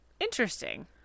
Interesting